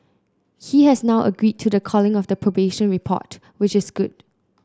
he has now agreed to the calling of the probation report which is good